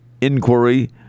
inquiry